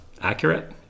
Accurate